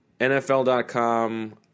NFL.com